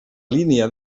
línia